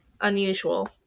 unusual